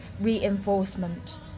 reinforcement